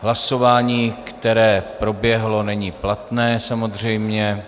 Hlasování, které proběhlo, není platné samozřejmě.